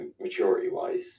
maturity-wise